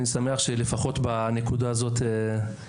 אני מתכבד לפתוח את ישיבת ועדת החינוך,